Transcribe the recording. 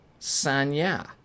Sanya